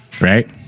right